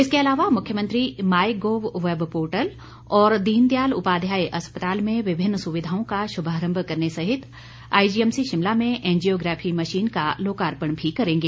इसके अलावा मुख्यमंत्री माई गॉव वेब पोर्टल और दीनदयाल उपाध्याय अस्पताल में विभिन्न सुविधाओं का शुभारम्भ करने सहित आईजीएमसी शिमला में एनजीओग्राफी मशीन का लोकार्पण भी करेंगे